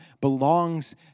belongs